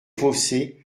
fossé